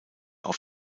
auf